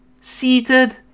Seated